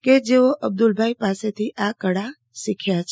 કે જેઓ અબ્દુલભાઈ પાસેથી આ કળા શીખ્યા છે